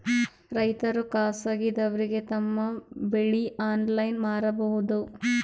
ರೈತರು ಖಾಸಗಿದವರಗೆ ತಮ್ಮ ಬೆಳಿ ಆನ್ಲೈನ್ ಮಾರಬಹುದು?